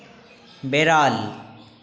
বেড়াল